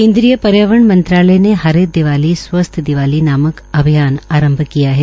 केन्द्रीय पर्यावरण मंत्रालय ने हरित दीवाली स्वस्थ दीवाली नामक अभियान आरंभ किया है